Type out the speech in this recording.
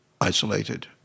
isolated